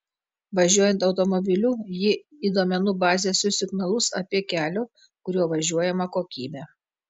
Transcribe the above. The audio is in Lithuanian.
važiuojant automobiliu ji į duomenų bazę siųs signalus apie kelio kuriuo važiuojama kokybę